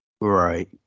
Right